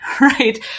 right